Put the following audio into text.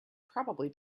probably